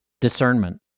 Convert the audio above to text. discernment